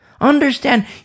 Understand